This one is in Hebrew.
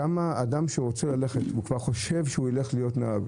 אדם שחושב שהוא ילך להיות נהג,